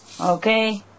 okay